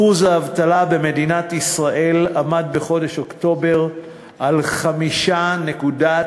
אחוז האבטלה במדינת ישראל עמד בחודש אוקטובר על 5.9%,